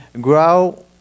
grow